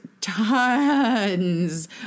tons